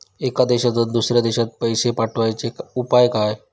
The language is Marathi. एका देशातून दुसऱ्या देशात पैसे पाठवचे उपाय काय?